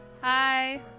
Hi